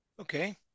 Okay